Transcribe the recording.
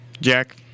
Jack